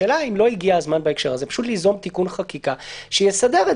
השאלה אם לא הגיע הזמן בהקשר הזה פשוט ליזום תיקון חקיקה שיסדר את